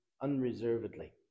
unreservedly